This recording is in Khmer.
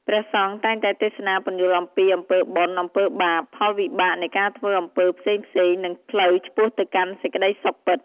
ព្រះសង្ឃតែងតែទេសនាពន្យល់អំពីអំពើបុណ្យ អំពើបាប ផលវិបាកនៃការធ្វើអំពើផ្សេងៗ និងផ្លូវឆ្ពោះទៅកាន់សេចក្តីសុខពិត។